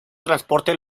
transporte